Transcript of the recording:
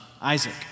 Isaac